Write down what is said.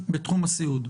בתחום הסיעוד?